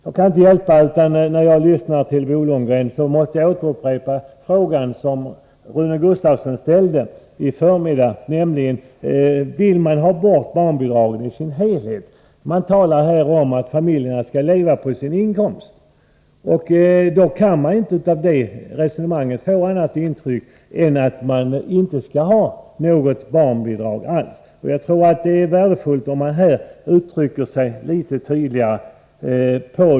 Efter att ha lyssnat till Bo Lundgren måste jag upprepa den fråga som Rune Gustavsson i förmiddags ställde, nämligen: Vill man ha bort barnbidraget i dess helhet? Man talar här om att familjerna skall leva på sin inkomst. Jag kan inte av det resonemanget få något annat intryck än att man inte vill ha något barnbidrag alls. Jag tror att det är värdefullt om man på den punkten uttrycker sig litet tydligare.